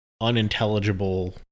unintelligible